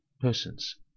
persons